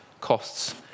costs